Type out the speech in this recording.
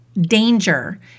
danger